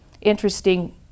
interesting